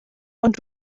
ond